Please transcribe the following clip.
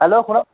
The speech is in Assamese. হেল্ল'